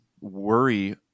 worry